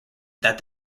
that